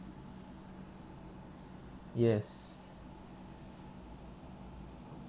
yes